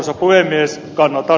kannatan ed